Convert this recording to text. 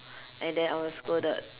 and then I was scolded